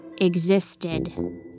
existed